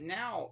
now